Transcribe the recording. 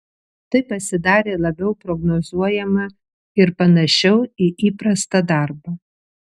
tai pasidarė labiau prognozuojama ir panašiau į įprastą darbą